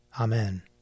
Amen